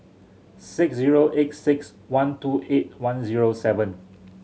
six zero eight six one two eight one zero seven